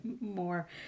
more